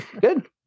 good